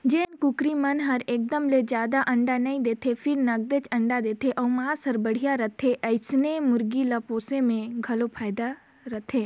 जेन कुकरी मन हर एकदम ले जादा अंडा नइ दें फेर नगदेच अंडा देथे अउ मांस हर बड़िहा रहथे ओइसने मुरगी ल पोसे में घलो फायदा रथे